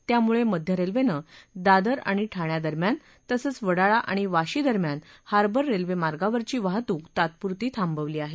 त्यामुळे मध्य रेल्वेनं दादर आणि ठाण्यादरम्यान तसंच वडाळा आणि वाशी दरम्यान हार्बर रेल्वे मार्गावरची वाहतूक तात्पुरती थांबवली आहे